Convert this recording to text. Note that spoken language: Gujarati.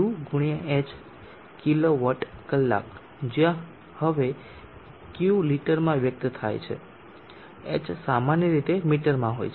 તેથી Q ×h કિલો વોટ કલાક જ્યાં હવે Q લિટરમાં વ્યક્ત થાય છે h સામાન્ય રીતે મીટરમાં હોય છે